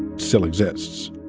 still exists